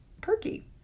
perky